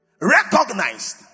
recognized